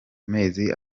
mezi